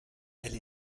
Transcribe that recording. elle